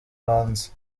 hanze